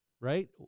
right